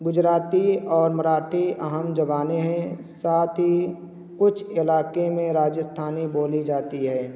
گجراتی اور مراٹھی اہم زبانیں ہیں ساتھ ہی کچھ علاقے میں راجستھانی بولی جاتی ہے